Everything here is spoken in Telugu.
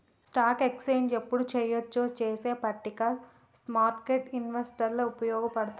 స్టాక్ ఎక్స్చేంజ్ యెప్పుడు చెయ్యొచ్చో చెప్పే పట్టిక స్మార్కెట్టు ఇన్వెస్టర్లకి వుపయోగపడతది